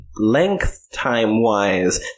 length-time-wise